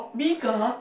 bigger